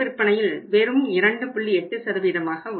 8ஆக உள்ளது